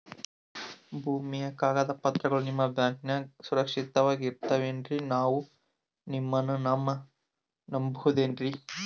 ಭೂಮಿಯ ಕಾಗದ ಪತ್ರಗಳು ನಿಮ್ಮ ಬ್ಯಾಂಕನಾಗ ಸುರಕ್ಷಿತವಾಗಿ ಇರತಾವೇನ್ರಿ ನಾವು ನಿಮ್ಮನ್ನ ನಮ್ ಬಬಹುದೇನ್ರಿ?